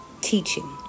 teaching